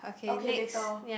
okay later